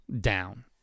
down